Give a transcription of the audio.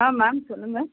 ஆ ma'am சொல்லுங்கள்